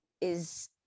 is-